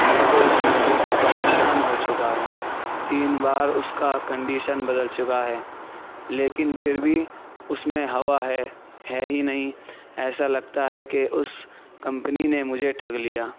میں تو اس پنکھے سے پریشان ہو چکا ہوں تین بار اس کا کنڈیشن بدل چکا ہے لیکن پھر بھی اس میں ہوا ہے ہے ہی نہیں ایسا لگتا ہے کہ اس کمپنی نے مجھے ٹھگ لیا